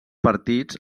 partits